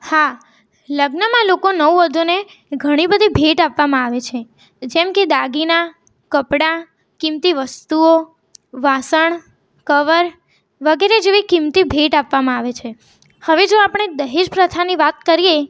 હા લગ્નમાં લોકો નવવધુને ઘણી બધી ભેટ આપવામાં આવે છે જેમ કે દાગીના કપડા કિંમતી વસ્તુઓ વાસણ કવર વગેરે જેવી કિંમતી ભેટ આપવામાં આવે છે હવે જો આપણે દહેજ પ્રથાની વાત કરીએ